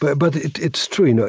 but but it's true. you know